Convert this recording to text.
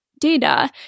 data